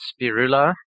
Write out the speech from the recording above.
Spirula